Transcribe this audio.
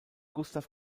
gustav